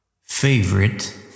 Favorite